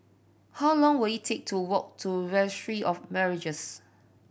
how long will it take to walk to Registry of Marriages